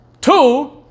Two